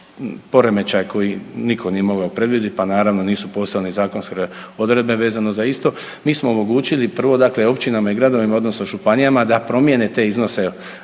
poremećaj koji nitko nije mogao predvidjeti, pa naravno nisu postojale ni zakonske odredbe vezano za isto, mi smo omogućili prvo dakle općinama i gradovima odnosno županijama da promijene te iznose